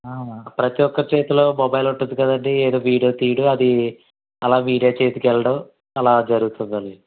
ప్రతీ ఒక్క చేతిలో మొబైల్ ఉంటుంది కదండి ఏదో వీడియో తీయడం అది అలా మీడియా చేతికి వెళ్ళడం అలా జరుగుతుందండి